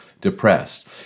depressed